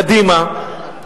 קדימה,